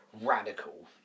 radical